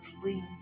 please